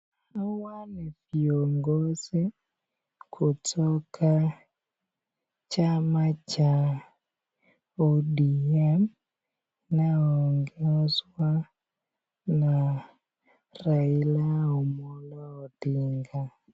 Hawa ni viongozi kutoka chama cha odm wanaoongozwa na Raila Omolo Odinga.